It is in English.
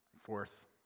Fourth